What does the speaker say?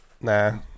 Nah